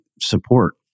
support